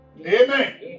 Amen